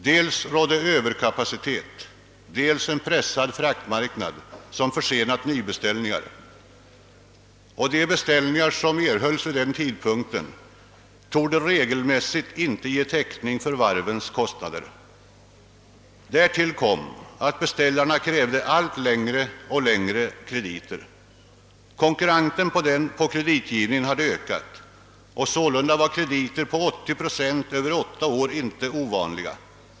Det rådde dels överkapacitet, dels en pressad fraktmarknad som försenade nybeställningar, och de beställningar som erhölls vid den tidpunkten torde regelmässigt inte ge täckning för varvens kostnader. Därtill kom att beställaren krävde allt längre och längre krediter. Konkurrensen i fråga om kreditgivningen hade ökat, och sålunda var krediter på 80 procent över åtta år inte ovanliga.